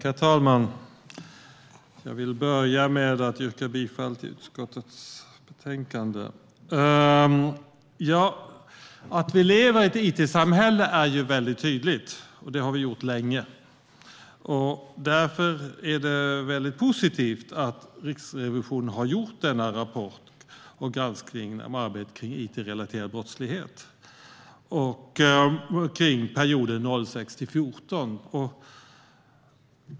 Herr talman! Jag vill börja med att yrka bifall till förslaget i utskottets betänkande. Att vi lever i ett it-samhälle är tydligt. Det har vi gjort länge. Därför är det positivt att Riksrevisionen har gjort denna granskning och lämnat en rapport om arbetet med it-relaterad brottslighet under perioden 2006-2014.